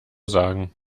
sagen